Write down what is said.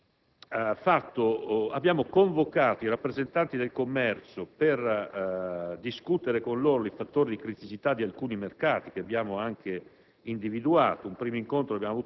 Abbiamoconvocato i rappresentanti del commercio per discutere i fattori di criticità di alcuni mercati, che abbiamo anche